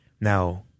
Now